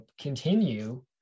continue